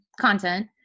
content